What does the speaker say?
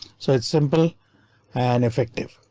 so it's simple an effective.